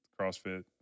CrossFit